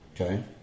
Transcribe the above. Okay